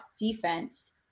defense